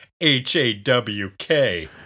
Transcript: H-A-W-K